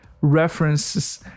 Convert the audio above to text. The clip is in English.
references